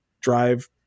drive